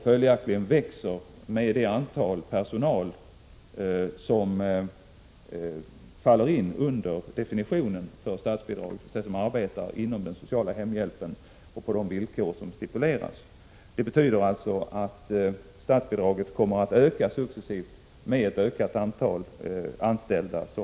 Följaktligen växer det med antalet anställda som faller under definitionen för statsbidrag, dvs. de som arbetar inom den sociala hemhjälpen och på de villkor som stipuleras. Det betyder alltså att statsbidraget kommer att öka successivt med ett ökat antal anställda.